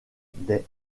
des